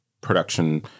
production